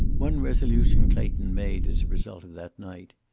one resolution clayton made, as a result of that night.